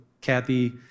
Kathy